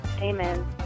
Amen